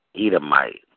Edomite